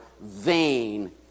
vain